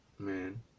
Man